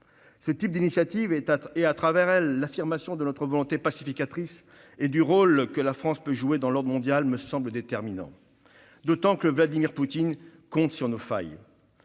Ce type d'initiatives et, à travers elles, l'affirmation de notre volonté pacificatrice et du rôle que la France peut jouer dans l'ordre mondial me semblent déterminants. D'autant que Vladimir Poutine compte sur nos failles.